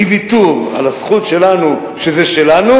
אי-ויתור על הזכות שלנו שזה שלנו,